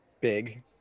big